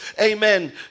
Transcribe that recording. amen